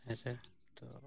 ᱦᱮᱸ ᱥᱮ ᱱᱤᱛᱚᱜ